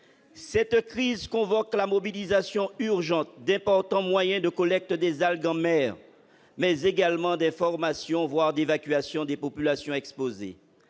Cette crise appelle la mobilisation urgente d'importants moyens de collecte des algues en mer, mais également d'information, voire d'évacuation des populations exposées.